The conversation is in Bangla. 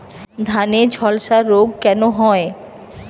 ধানে ঝলসা রোগ কেন হয়?